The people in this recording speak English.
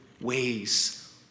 ways